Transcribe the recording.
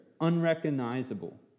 unrecognizable